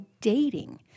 dating